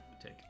take